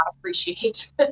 appreciate